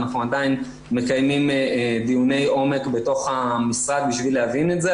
אנחנו עדיין מקיימים דיוני עומק בתוך המשרד בשביל להבין את זה.